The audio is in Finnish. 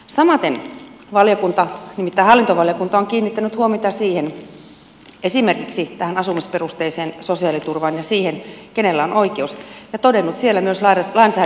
samaten nimittäin hallintovaliokunta on kiinnittänyt huomiota esimerkiksi tähän asumisperusteiseen sosiaaliturvaan ja siihen kenellä on oikeus ja todennut siellä myös lainsäädännöllisen puutteen